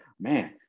man